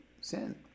Sin